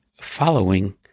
following